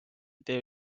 idee